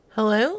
Hello